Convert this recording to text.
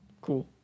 cool